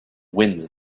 wind